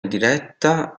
diretta